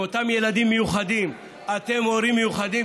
עם אותם ילדים מיוחדים: אתם הורים מיוחדים.